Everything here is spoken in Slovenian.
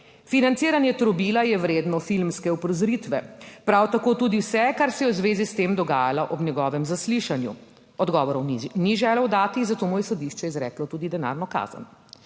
Financiranje trobila je vredno filmske uprizoritve, prav tako tudi vse, kar se je v zvezi s tem dogajalo ob njegovem zaslišanju. Odgovorov ni želel dati, zato mu je sodišče izreklo tudi denarno kazen.